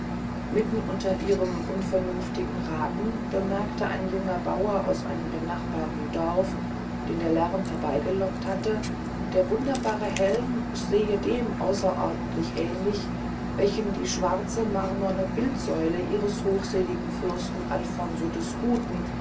mitten unter ihrem unvernünftigen rathen bemerkte ein junger bauer aus einem benachbarten dorf den der lärmen herbeygelockt hatte der wunderbare helm sehe dem außerordentlich ähnlich welchen die schwarze marmorne bildsäule ihres hochseligen fürsten alfonso des guten